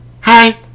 Hi